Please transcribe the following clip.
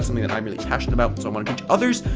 something that i'm really passionate about, so among others.